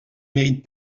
mérites